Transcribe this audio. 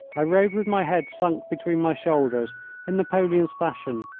i rode with my head sunk between my shoulders in napoleon's fashion,